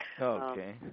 Okay